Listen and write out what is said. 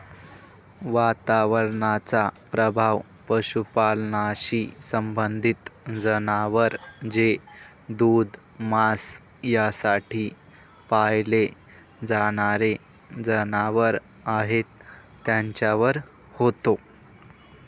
वातावरणाचा प्रभाव पशुपालनाशी संबंधित जनावर जे दूध, मांस यासाठी पाळले जाणारे जनावर आहेत त्यांच्यावर होतो